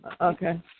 okay